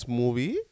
movie